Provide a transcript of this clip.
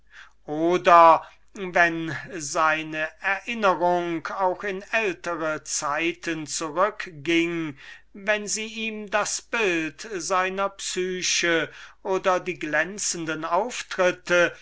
oder wenn seine erinnerung in vorhergehende zeiten zurück ging wenn sie ihm das bild seiner psyche oder die schimmernden auftritte